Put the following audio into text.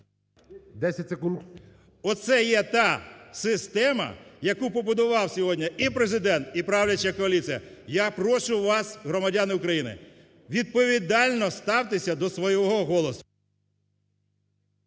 Оце є та система, яку побудував сьогодні і Президент, і правляча коаліція. Я прошу вас, громадяни України, відповідально ставтеся до свого голосу.